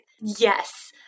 yes